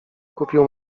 kupił